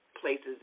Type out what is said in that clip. places